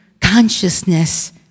consciousness